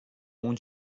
اون